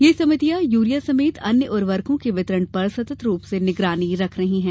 यह समितियाँ यूरिया समेत अन्य उर्वरकों के वितरण पर सतत रूप से निगरानी रख रही है